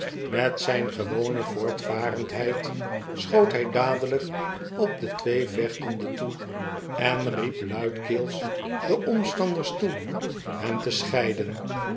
met zijn gewone voortvarendheid schoot hij dadelijk op de twee vechtenden toe en riep luidkeels de omstanders toe hen te scheiden